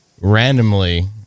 Randomly